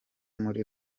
muri